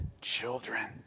children